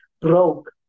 broke